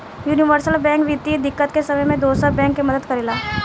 universal bank वित्तीय दिक्कत के समय में दोसर बैंक के मदद करेला